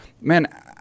man